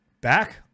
back